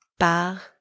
Par